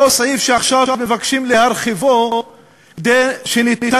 אותו סעיף שעכשיו מבקשים להרחיבו כדי שיהיה